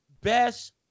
best